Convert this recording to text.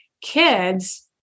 kids